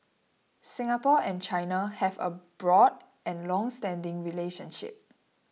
Singapore and China have a broad and longstanding relationship